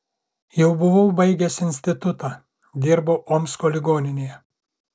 jau buvau baigęs institutą dirbau omsko ligoninėje